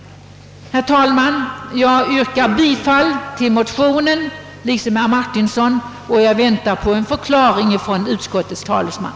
Herr talman! I likhet med herr Martinsson yrkar jag bifall till motionen, och jag väntar på en förklaring från utskottets talesman.